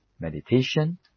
meditation